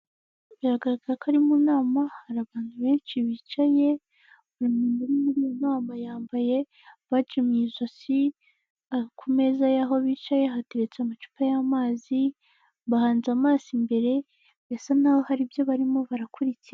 Biragaragarako ari mu nama hari abantu benshi bicaye buri muntu uri mu nama yambaye bagi mu ijosi, ku meza yaho bicaye hateretse amacupa y'amazi bahanze amaso imbere bisa naho hari ibyo barimo barakurikira.